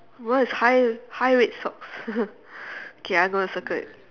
what is high high red socks okay I go and circle it